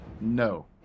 No